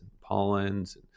pollens